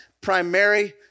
primary